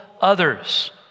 others